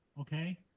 Okay